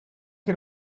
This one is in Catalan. que